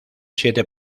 siete